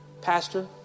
Pastor